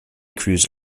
crews